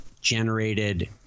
generated